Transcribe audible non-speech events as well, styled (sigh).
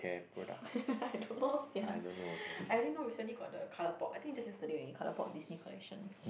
(breath) I don't know sia (laughs) I only know recently got the ColourPop I think just yesterday only ColourPop Disney collection